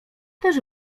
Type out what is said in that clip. też